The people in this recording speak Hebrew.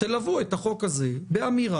שתלוו את החוק הזה באמירה: